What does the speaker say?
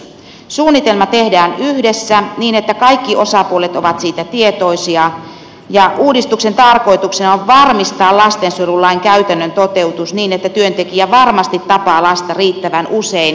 suunnitelma tehdään yhdessä niin että kaikki osapuolet ovat siitä tietoisia ja uudistuksen tarkoituksena on varmistaa lastensuojelulain käytännön toteutus niin että työntekijä varmasti tapaa lasta riittävän usein henkilökohtaisesti